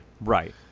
Right